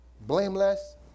blameless